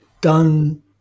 done